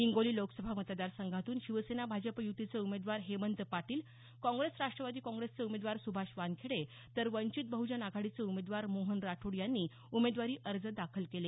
हिंगोली लोकसभा मतदारसंघातून शिवसेना भाजप युतीचे उमेदवार हेमंत पाटील काँग्रेस राष्ट्रवादी काँग्रेसचे उमेदवार सुभाष वानखेडे तर वंचित बह्जन आघाडीचे उमेदवार मोहन राठोड यांनी उमेदवारी अर्ज दाखल केले